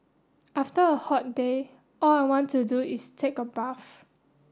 after a hot day all I want to do is take a bath